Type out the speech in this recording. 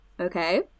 Okay